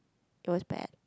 it was bad